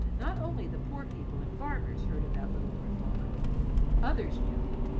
not only the poor people and farmers heard about little lord fauntleroy others knew him.